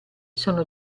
sono